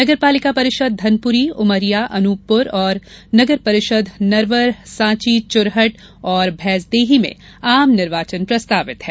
नगर पालिका परिषद् धनपुरी उमरिया अनूपपुर और नगर परिषद नरवर साँची चुरहट और भैंसदेही में आम निर्वाचन प्रस्तावित हैं